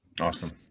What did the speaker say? Awesome